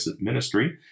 ministry